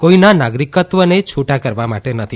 કોઇના નાગરિકત્વને છૂટા કરવા માટે નથી